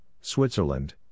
Switzerland